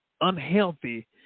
unhealthy